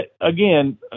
again